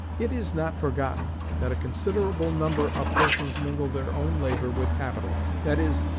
it is not forgotten that a considerable number of persons mingle their own labor with capital that is,